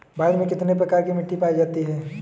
भारत में कितने प्रकार की मिट्टी पाई जाती है?